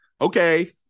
Okay